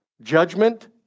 judgment